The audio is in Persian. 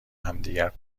همدیگر